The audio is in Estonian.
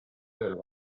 ööl